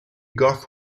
goth